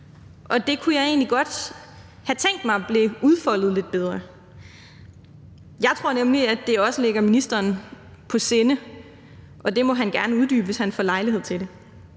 Det kunne jeg egentlig godt have tænkt mig blev udfoldet lidt bedre. Jeg tror nemlig, at det også ligger ministeren på sinde, og det må han gerne uddybe, hvis han får lejlighed til det.